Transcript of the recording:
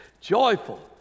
joyful